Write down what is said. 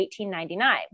1899